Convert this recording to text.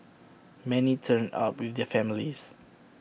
many turned up with their families